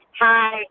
Hi